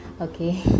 Okay